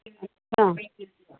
अच्छा